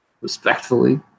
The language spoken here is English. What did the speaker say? respectfully